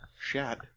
Shat